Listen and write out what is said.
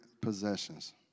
possessions